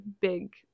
big